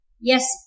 Yes